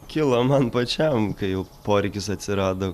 kilo man pačiam kai jau poreikis atsirado